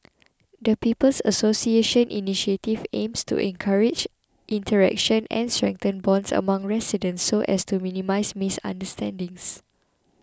the People's Association initiative aims to encourage interaction and strengthen bonds among residents so as to minimise misunderstandings